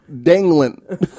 dangling